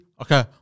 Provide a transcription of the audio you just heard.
Okay